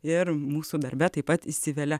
ir mūsų darbe taip pat įsivelia